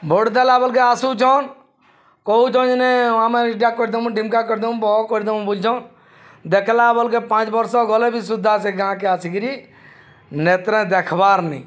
vote ଦେଲା ବେଲ୍କେ ଆସୁଛନ୍ କହୁଛନ୍ ଯେନେ ଆମେ ଏଇଟା କରିଦେମୁ ଡିମ୍କା କରିଦେମୁ ବହୁ କରିଦେବୁ ବୋଲୁଛନ୍ ଦେଖ୍ଲା ବେଲ୍କେ ପାଞ୍ଚ ବର୍ଷ ଗଲେ ବି ସୁଦ୍ଧା ସେ ଗାଁକେ ଆସିକିରି ନେତ୍ର ଦେଖ୍ବାର୍ ନାଇଁ